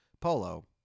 polo